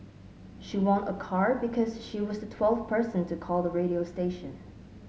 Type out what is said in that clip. she won a car because she was the twelfth person to call the radio station